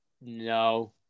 No